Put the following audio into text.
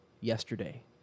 yesterday